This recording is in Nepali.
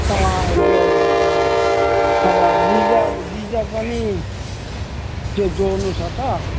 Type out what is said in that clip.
अँ अँ जोडिदिनु अब गिजर गिजर पनि त्यो जोड्नु छ त